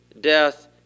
death